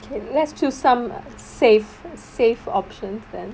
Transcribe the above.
okay let's choose some safe safe options then